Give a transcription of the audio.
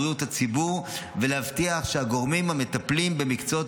ובריאות הציבור ולהבטיח שהגורמים המטפלים במקצועות